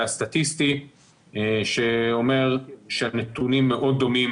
הסטטיסטי שאומר שהנתונים מאוד דומים